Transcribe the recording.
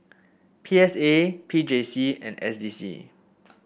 P S A P J C and S D C